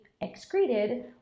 excreted